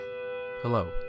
Hello